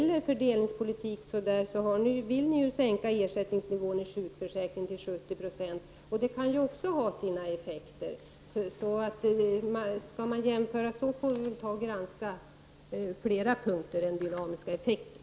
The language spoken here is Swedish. I ert fördelningspolitiska förslag vill ni sänka ersättningsnivån i sjukförsäkringen till 70 26. Det kan också ha sina effekter. Skall man jämföra så, får vi granska fler punkter än dynamiska effekter.